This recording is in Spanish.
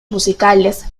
musicales